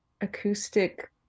acoustic